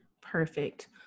Perfect